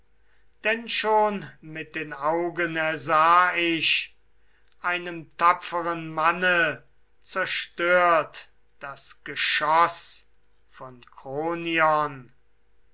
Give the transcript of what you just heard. denn schon mit den augen ersah ich einem tapferen manne zerstört das geschoß von kronion